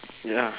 ya